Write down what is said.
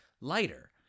lighter